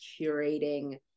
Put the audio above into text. curating